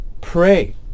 Pray